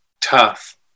tough